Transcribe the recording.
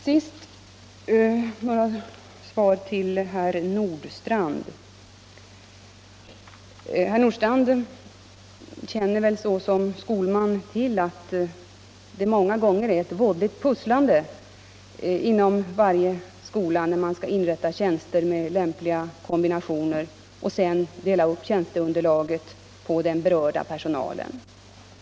Till sist vill jag lämna några svar till herr Nordstrandh. Han känner väl såsom skolman till att det många gånger är ett väldigt pusslande inom varje skola när man skall inrätta tjänster med lämpliga kombinationer och sedan dela upp tjänsteunderlaget på den berörda personalen.